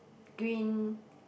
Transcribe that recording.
green